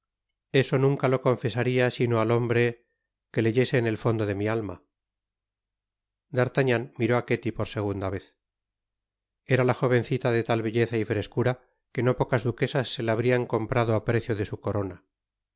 eso nunca lo confesaria sino al hombre que leyese en el fondo de mi alma d'artagnan miró á ketty por segunda vez era la jovencita de tal belleza y frescura que no pocas duquesas se la hubiesen comprado á precio de su corona